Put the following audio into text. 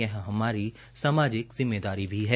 यह हमारी सामाजिक जिम्मेदारी भी है